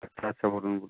আচ্ছা আচ্ছা বলুন বলুন